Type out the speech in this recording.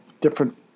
different